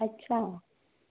अच्छा